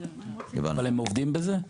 אבל הם עובדים בזה?